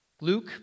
Luke